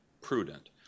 prudent